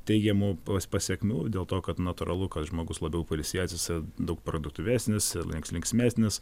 teigiamų pasekmių dėl to kad natūralu kad žmogus labiau pailsėjęs jisai daug produktyvesnis ir linksmesnis